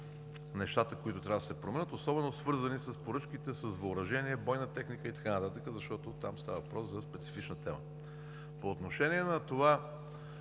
неща, които трябва да се променят, особено свързани с поръчките с въоръжение, бойна техника и така нататък, защото там става въпрос за специфична тема. По отношение на това